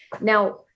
Now